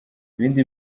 ibindi